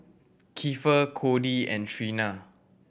Kiefer Codie and Trina